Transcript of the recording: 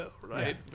right